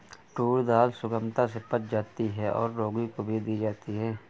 tour दाल सुगमता से पच जाती है और रोगी को भी दी जाती है